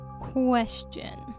Question